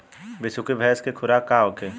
बिसुखी भैंस के खुराक का होखे?